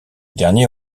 dernier